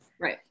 Right